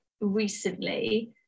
recently